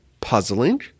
puzzling